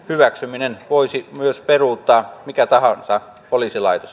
hyväksymisen voisi myös peruuttaa mikä tahansa poliisilaitos